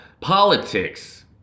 politics